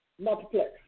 Multiplex